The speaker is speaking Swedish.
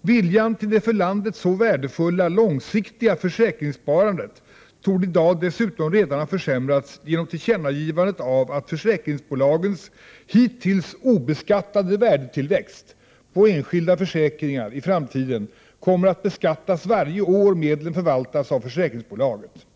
Viljan till det för landet så värdefulla, långsiktiga försäkringssparandet torde i dag dessutom redan ha försämrats genom tillkännagivandet av att försäkringsbolagens hittills obeskattade värdetillväxt på enskilda försäkringar i framtiden kommer att beskattas varje år medlen förvaltas av försäkringsbolaget.